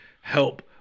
help